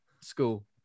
school